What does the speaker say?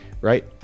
right